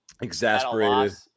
exasperated